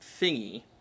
thingy